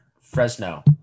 Fresno